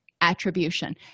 attribution